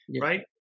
right